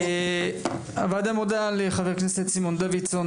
הוועדה מודה לחבר הכנסת סימון דוידסון,